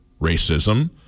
racism